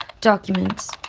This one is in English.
documents